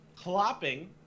Clopping